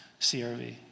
CRV